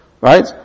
Right